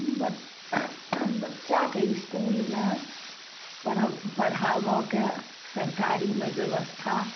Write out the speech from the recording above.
ब बच्चाके इस्कूलमे पढ़ पढ़ाबऽके सरकारीमे व्यवस्था